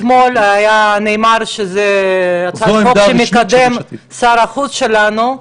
כי אתמול נאמר שזו הצעת חוק שמקדם שר החוץ שלנו,